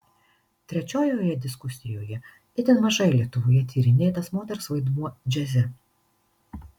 trečiojoje diskusijoje itin mažai lietuvoje tyrinėtas moters vaidmuo džiaze